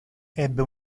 ebbe